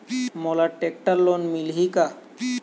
मोला tractor loan मिलही का?